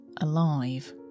alive